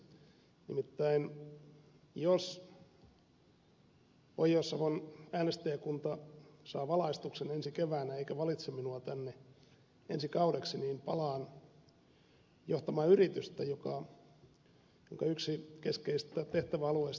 nimittäin jos pohjois savon äänestäjäkunta saa valaistuksen ensi keväänä eikä valitse minua tänne ensi kaudeksi niin palaan johtamaan yritystä jonka yksi keskeisistä tehtäväalueista on rakennuttaminen